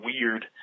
weird